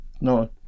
no